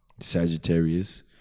sagittarius